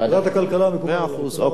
ועדת הכלכלה, מקובל עלי.